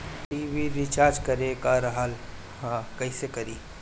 TV recharge करे के रहल ह कइसे करी?